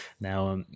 Now